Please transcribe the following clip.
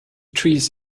trees